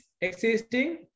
existing